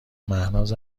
مهناز